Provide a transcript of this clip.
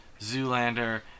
Zoolander